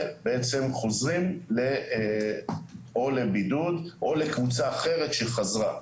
חוזרים או לבידוד או לקבוצה אחרת שחזרה,